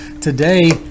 today